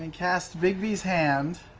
and cast bigby's hand.